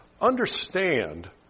understand